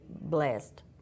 blessed